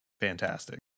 Fantastic